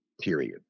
period